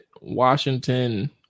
Washington